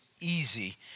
easy